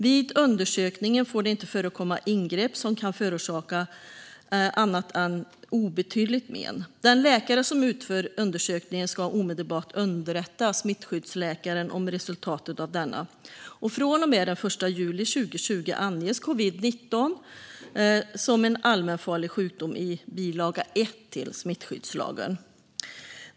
Vid undersökningen får det inte förekomma ingrepp som kan förorsaka annat än obetydligt men. Den läkare som utfört undersökningen ska omedelbart underrätta smittskyddsläkaren om resultatet av denna. Från och med den 1 juli 2020 anges också covid-19 som en allmänfarlig sjukdom i bilaga 1 till smittskyddslagen.